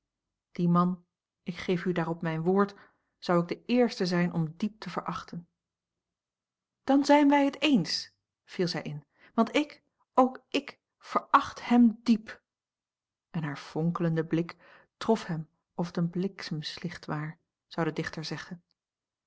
dien man ik geef u daarop mijn woord zou ik de eerste zijn om diep te verachten dan zijn wij het eens viel zij in want ik ook ik veracht hem diep en haar vonkelende blik trof hem of t een bliksemslicht waar zou de dichter zeggen